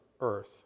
earth